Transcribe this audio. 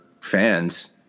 fans